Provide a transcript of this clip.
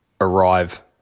arrive